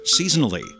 seasonally